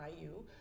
IU